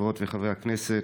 חברות וחברי הכנסת,